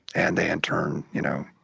and they in turn, you know,